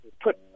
put